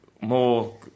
more